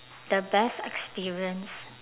the best experience